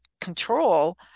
control